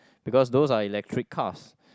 because those are electric cars